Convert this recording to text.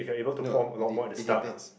no it de~ it depends